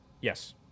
Yes